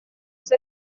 isi